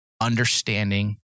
understanding